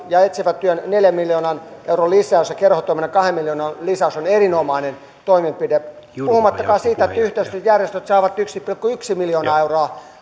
ja etsivän nuorisotyön neljän miljoonan euron lisäys ja kerhotoiminnan kahden miljoonan lisäys on erinomainen toimenpide puhumattakaan siitä että yhteisöt ja järjestöt saavat yksi pilkku yksi miljoonaa euroa